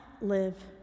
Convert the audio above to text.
live